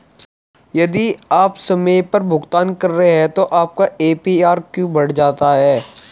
यदि आप समय पर भुगतान कर रहे हैं तो आपका ए.पी.आर क्यों बढ़ जाता है?